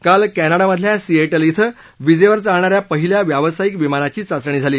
काल कॅनडामधल्या सिएटल क्रें वीजेवर चालणाऱ्या पहिल्या व्यावसायिक विमानाची चाचणी झाली